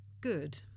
good